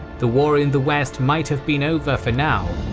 the war in the west might have been over for now,